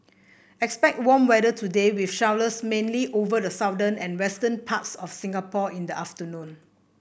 expect warm weather today with showers mainly over the southern and western parts of Singapore in the afternoon